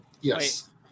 Yes